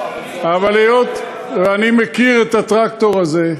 אבל היות שאני מכיר את הטרקטור הזה,